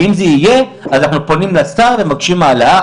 ואם זה יהיה אז אנחנו פונים לשר ומבקשים העלאה.